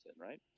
right